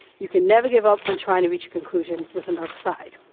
you can never give up on trying to reach a conclusion with another side.